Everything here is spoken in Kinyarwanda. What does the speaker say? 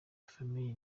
famille